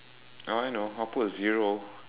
oh I know I'll put a zero